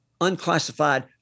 unclassified